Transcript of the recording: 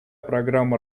программа